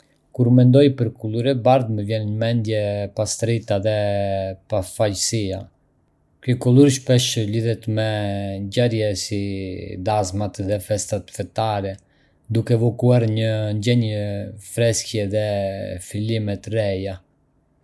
Kur mendoj për kulur e bardhë, më vjen në mendje pastërtia dhe pafajësia. Kjo kulur shpesh lidhet me ngjarje si dasmat dhe festat fetare, duke evokuar një ndjenjë freskie dhe fillime të reja.